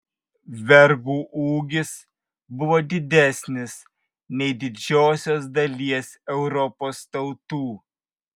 vergų ūgis buvo didesnis nei didžiosios dalies europos tautų